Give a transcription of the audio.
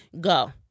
go